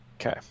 Okay